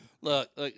Look